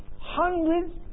hundreds